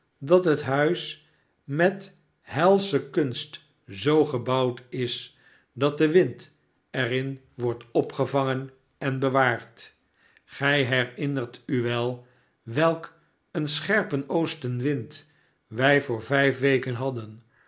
dat het huis met helsche kunst zoo gebouwd is dat de wind er in wordt opgevangen en bewaard gij herinnert u wel welk een scherpen oostenwind wij voor vijf weken hadden